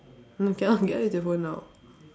no cannot cannot use your phone now